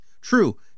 True